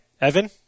Evan